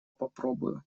попробую